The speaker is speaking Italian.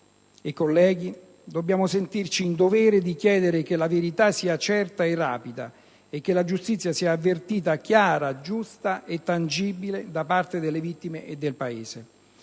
colleghi, dobbiamo sentirci in dovere di chiedere che la verità sia certa e rapida e che la giustizia sia avvertita chiara, giusta e tangibile da parte delle vittime e del Paese: